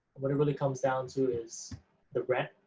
what it really comes down to is the rent,